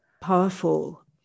powerful